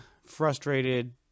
frustrated